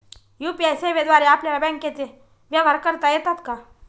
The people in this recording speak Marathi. यू.पी.आय सेवेद्वारे आपल्याला बँकचे व्यवहार करता येतात का?